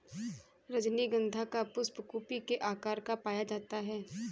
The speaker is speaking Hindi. रजनीगंधा का पुष्प कुपी के आकार का पाया जाता है